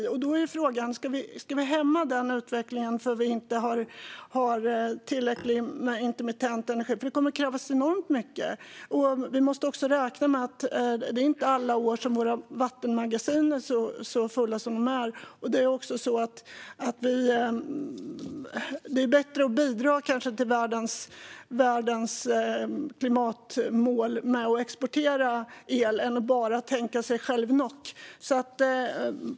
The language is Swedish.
Då är frågan om vi ska hämma denna utveckling därför att vi inte har tillräckligt med intermittent energi, för det kommer att krävas enormt mycket. Vi måste också räkna med att våra vattenmagasin inte kommer att vara så här fulla alla år. Det kanske är bättre att bidra till världens klimatmål genom att exportera el än att bara tänka att man är sig själv nog.